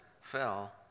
fell